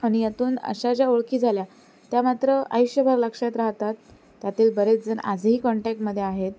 आणि यातून अशा ज्या ओळखी झाल्या त्या मात्र आयुष्यभर लक्षात राहतात त्यातील बरेच जण आजही कॉन्टॅकमध्ये आहेत